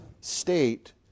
state